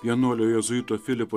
vienuolio jėzuito filipo